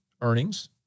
earnings